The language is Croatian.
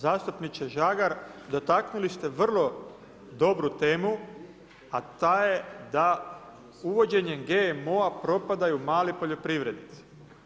Zastupniče Žagar, dotaknuli ste vrlo dobru temu a ta je da uvođenjem GMO-a propadaju mali poljoprivrednici.